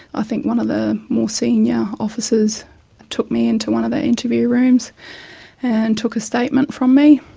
i think one of the more senior officers took me into one of the interview rooms and took a statement from me.